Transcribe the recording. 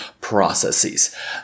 processes